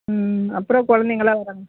ம் அப்புறம் குழந்தைங்கலாம் வராங்க